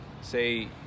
say